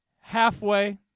halfway